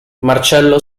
marcello